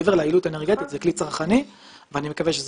מעבר ליעילות האנרגטית,